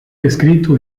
descrito